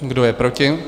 Kdo je proti?